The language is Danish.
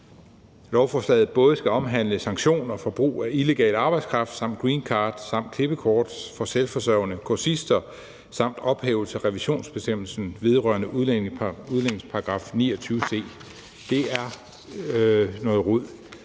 lovforslaget både skal omhandle sanktioner for brug af illegal arbejdskraft samt greencard samt klippekort for selvforsørgende kursister samt ophævelse af revisionsbestemmelsen vedrørende udlændingelovens § 29 c. Det er noget rod.